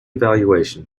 evaluation